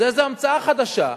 זו המצאה חדשה,